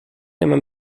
eman